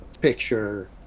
picture